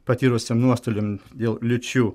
patyrusiem nuostoliam dėl liūčių